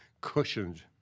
cushioned